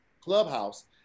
clubhouse